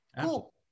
Cool